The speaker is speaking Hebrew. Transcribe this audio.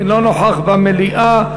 אינו נוכח במליאה.